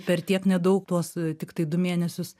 per tiek nedaug tuos tiktai du mėnesius